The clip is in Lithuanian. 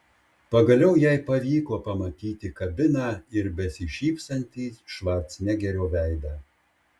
pagaliau jai pavyko pamatyti kabiną ir besišypsantį švarcnegerio veidą